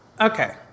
okay